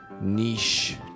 niche